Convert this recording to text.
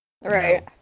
Right